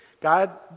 God